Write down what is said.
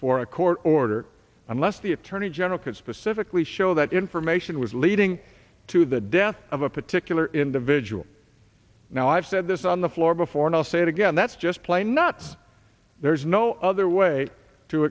for a court order unless the attorney general could specifically show that information was leading to the death of a particular individual now i've said this on the floor before and i'll say it again that's just plain nuts there's no other way to